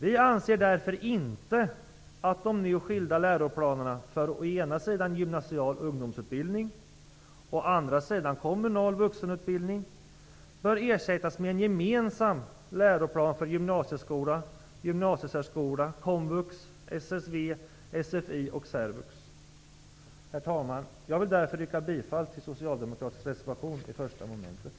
Vi anser därför inte att de nu skilda läroplanerna för å ena sida gymnasial ungdomsutbildning och å andra sidan kommunal vuxenutbildning bör ersättas med en gemensam läroplan för gymnasieskola, gymnasiesärskola, komvux, SSV, sfi och särvux. Herr talman! Jag vill därför yrka bifall till socialdemokraternas reservation i mom. 1.